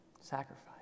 Sacrifice